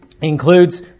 includes